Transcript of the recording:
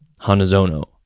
Hanazono